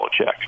Belichick